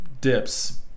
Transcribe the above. dips